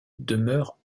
demeure